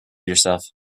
yourself